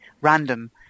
random